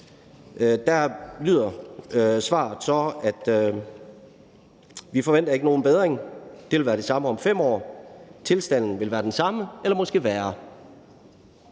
Der lyder svaret så, at de ikke forventer nogen bedring. Det vil være det samme om 5 år. Tilstanden vil være den samme eller måske værre.